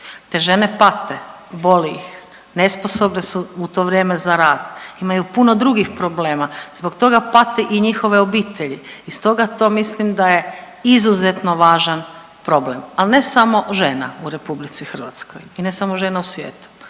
Te žene pate, boli ih, nesposobne su u to vrijeme za rad, imaju puno drugih problema, zbog toga pate i njihove obitelji i stoga to mislim da je izuzetno važan problem. Al ne samo žena u RH i ne samo žena u svijetu